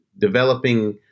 developing